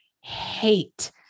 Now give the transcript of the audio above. hate